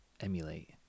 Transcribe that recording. emulate